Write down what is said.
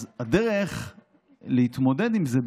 אז הדרך להתמודד עם זה,